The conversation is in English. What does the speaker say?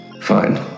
Fine